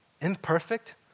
Imperfect